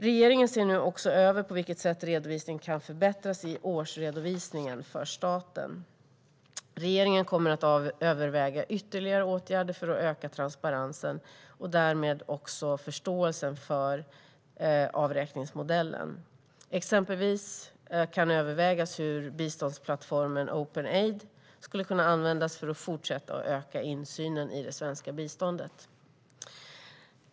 Regeringen ser nu också över på vilket sätt redovisningen kan förbättras i årsredovisningen för staten. Regeringen kommer att överväga ytterligare åtgärder för att öka transparensen och därmed också förståelsen för avräkningsmodellen. Exempelvis kan övervägas hur biståndsplattformen openaid.se skulle kunna användas för att fortsätta öka insynen i det svenska biståndet.